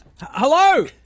Hello